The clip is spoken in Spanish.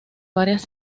varias